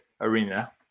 arena